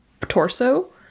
torso